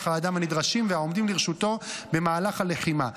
האדם הנדרשים והעומדים לרשותו במהלך הלחימה.